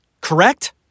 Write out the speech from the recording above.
Correct